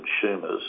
consumers